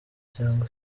cyangwa